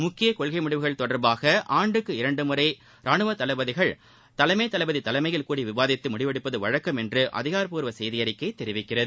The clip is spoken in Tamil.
முக்கிய கொள்கை முடிவுகள் தொடர்பாக ஆண்டுக்கு இரண்டு முறை ரானுவ தளபதிகள் தலைமை தளபதி தலைமையில் கூடி விவாதித்து முடிவெடுப்பது வழக்கம் என்று அதிகாரப்பூர்வ செய்தியறிக்கை தெரிவிக்கிறது